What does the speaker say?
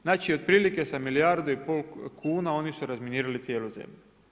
Znači otprilike sa milijardu i pol kuna oni su razminirali cijelu zemlju.